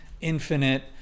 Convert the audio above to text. infinite